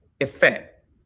effect